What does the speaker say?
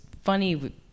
funny